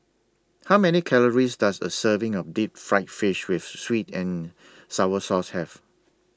How Many Calories Does A Serving of Deep Fried Fish with Sweet and Sour Sauce Have